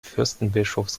fürstbischofs